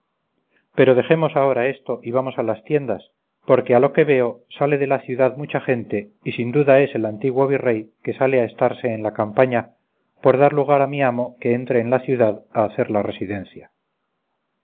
pero dejemos ahora esto y vamos a las tiendas porque a lo que veo sale de la ciudad mucha gente y sin duda es el antiguo virrey que sale a estarse en la campaña por dar lugar a mi amo que entre en la ciudad a hacer la residencia